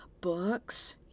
books